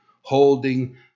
holding